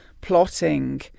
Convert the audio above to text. plotting